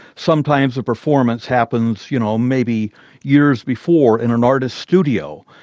sometimes a performance happens you know, maybe years before in an artist's studio,